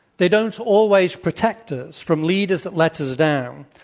they don't always protect us from leaders that let us down,